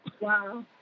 Wow